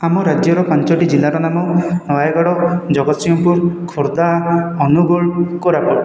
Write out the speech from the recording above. ଆମ ରାଜ୍ୟର ପାଞ୍ଚଟି ଜିଲ୍ଲାର ନାମ ନୟାଗଡ଼ ଜଗତସିଂହପୁର ଖୋର୍ଦ୍ଧା ଅନୁଗୁଳ କୋରାପୁଟ